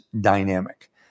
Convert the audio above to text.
dynamic